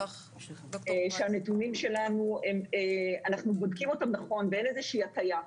את הנתונים שלנו ואין איזושהי הטעיה.